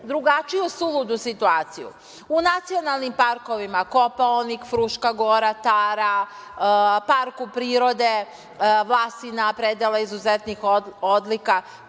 drugačiju suludu situaciju, u nacionalnim parkovima: Kopaonik, Fruška Gora, Tara, park u prirode Vlasina, predela izuzetnih odlika,